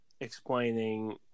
explaining